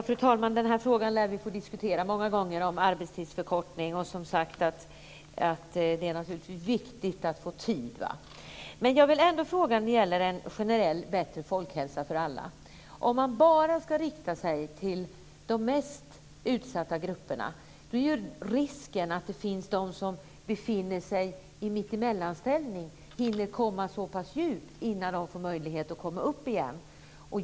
Fru talman! Frågan om arbetstidsförkortning lär vi få diskutera många gånger. Det är naturligtvis viktigt att få tid. Jag vill ändå ställa en fråga om generell bättre folkhälsa för alla. Om man bara ska rikta sig till de mest utsatta grupperna, är risken för att de som befinner i en mitt-emellan-ställning hinner att komma så pass djupt innan de får möjlighet att komma upp igen.